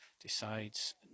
Decides